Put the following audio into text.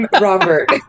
Robert